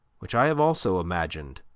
which i have also imagined,